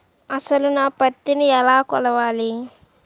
అసలు నా పత్తిని ఎలా కొలవాలి?